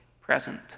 present